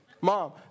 Mom